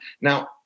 Now